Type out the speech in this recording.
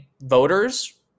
voters